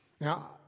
Now